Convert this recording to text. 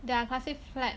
there are classic flap